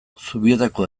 zubietako